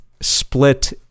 split